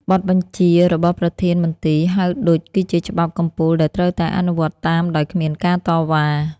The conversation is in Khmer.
បទបញ្ជារបស់ប្រធានមន្ទីរ ហៅឌុច គឺជាច្បាប់កំពូលដែលត្រូវតែអនុវត្តតាមដោយគ្មានការតវ៉ា។